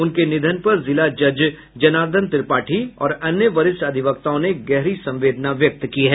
उनके निधन पर जिला जज जनार्दन त्रिपाठी और अन्य वरिष्ठ अधिवक्ताओं ने गहरी संवेदना व्यक्त की है